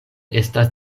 estas